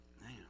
Man